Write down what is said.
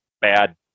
bad